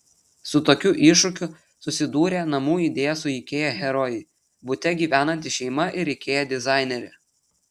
su tokiu iššūkiu susidūrė namų idėja su ikea herojai bute gyvenanti šeima ir ikea dizainerė